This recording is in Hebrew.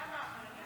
למה?